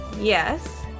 yes